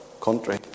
country